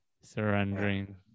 surrendering